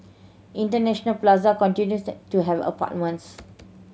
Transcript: International Plaza continues to have apartments